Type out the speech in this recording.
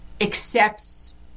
accepts